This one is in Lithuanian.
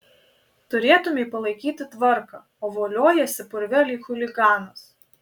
turėtumei palaikyti tvarką o voliojiesi purve lyg chuliganas